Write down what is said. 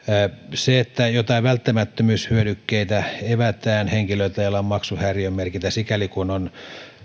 se että joitain välttämättömyyshyödykkeitä evätään henkilöltä jolla on maksuhäiriömerkintä sikäli kun on kyse